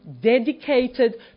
dedicated